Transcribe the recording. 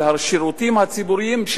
של השירותים הציבוריים,